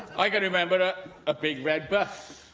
i can remember a big red bus